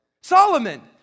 Solomon